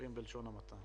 בלשון המעטה.